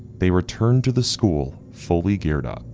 they returned to the school fully geared up